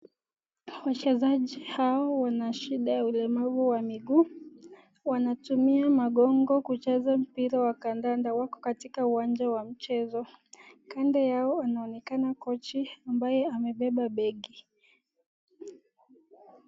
Wachezaji hao wana shida ya ulemavu wa miguu, wanatumia magongo kucheza mpira wa kandanda, wako katika uwanja wa mchezo. Kando yao anaonekana kochi ambaye amebeba begi.